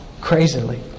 crazily